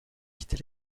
quitter